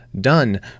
done